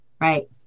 right